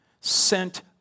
sent